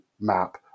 map